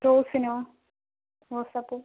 റോസിനോ റോസാപ്പൂ